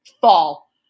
fall